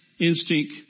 instinct